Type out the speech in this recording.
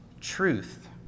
truth